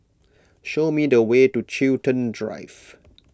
show me the way to Chiltern Drive